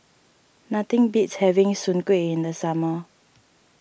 nothing beats having Soon Kway in the summer